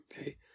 okay